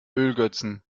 ölgötzen